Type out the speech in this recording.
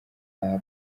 aha